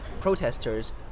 protesters